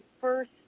first